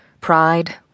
pride